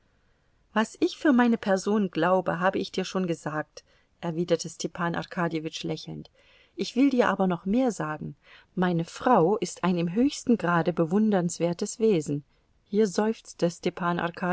was ich für meine person glaube habe ich dir schon gesagt erwiderte stepan arkadjewitsch lächelnd ich will dir aber noch mehr sagen meine frau ist ein im höchsten grade bewundernswertes wesen hier seufzte stepan